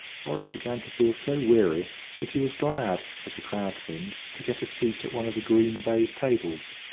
horace began to feel so weary that he was glad, as the crowd thinned, to get a seat at one of the green baize tables,